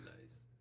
Nice